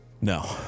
No